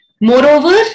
Moreover